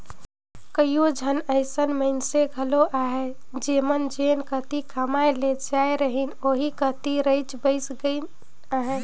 कइयो झन अइसन मइनसे घलो अहें जेमन जेन कती कमाए ले जाए रहिन ओही कती रइच बइस गइन अहें